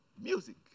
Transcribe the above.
music